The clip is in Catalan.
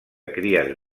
cries